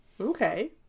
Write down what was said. Okay